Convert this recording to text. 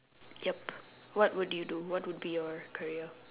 yup what would you do what would be your career